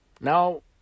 now